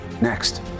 next